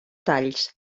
talls